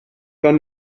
gawn